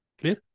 Clear